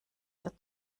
der